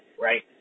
Right